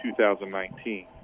2019